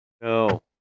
No